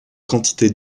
quantités